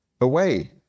away